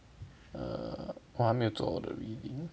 err 我还做我的 reading